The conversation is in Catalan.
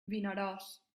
vinaròs